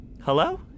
hello